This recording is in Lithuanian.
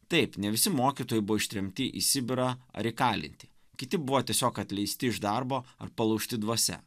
taip ne visi mokytojai buvo ištremti į sibirą ar įkalinti kiti buvo tiesiog atleisti iš darbo ar palaužti dvasia